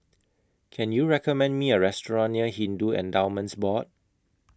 Can YOU recommend Me A Restaurant near Hindu Endowments Board